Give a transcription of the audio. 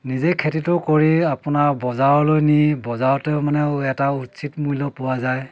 নিজেই খেতিটো কৰি আপোনা বজাৰলৈ নি বজাৰতে মানেও এটা উচিত মূল্য পোৱা যায়